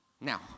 Now